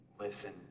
listen